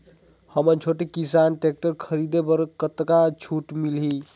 हमन छोटे किसान टेक्टर खरीदे बर कतका छूट मिलही?